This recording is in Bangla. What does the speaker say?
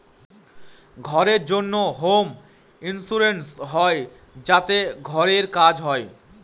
ঘরের জন্য হোম ইন্সুরেন্স হয় যাতে ঘরের কাজ হয়